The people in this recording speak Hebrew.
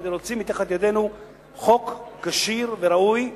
כדי להוציא מתחת ידינו חוק כשיר וראוי,